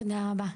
תודה רבה,